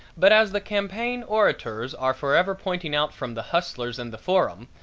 but as the campaign orators are forever pointing out from the hustlers and the forum,